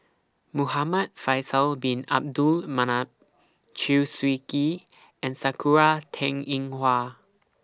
Muhamad Faisal Bin Abdul Manap Chew Swee Kee and Sakura Teng Ying Hua